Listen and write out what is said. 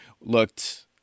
looked